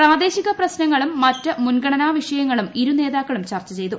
പ്രാദേശിക പ്രശ്നങ്ങളും മറ്റ് മുൻഗണനാ വിഷയങ്ങളും ഇരുനേതാക്കളും ചർച്ച ചെയ്തു